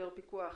יותר פיקוח,